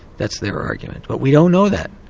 that's their argument. but we don't know that.